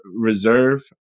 reserve